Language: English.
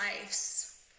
lives